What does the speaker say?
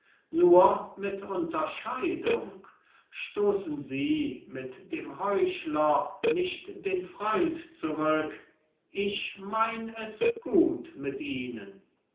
nur mit unterscheidung stoßen sie nicht mit dem heuchler auch den freund zurück ich mein es gut mit ihnen